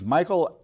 Michael